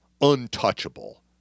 untouchable